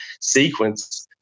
sequence